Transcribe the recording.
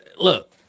look